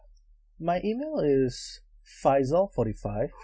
my email is faisal forty five